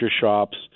shops